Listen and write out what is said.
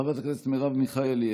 חברת הכנסת מרב מיכאלי,